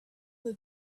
the